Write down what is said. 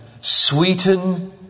sweeten